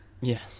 Yes